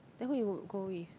then who you would go with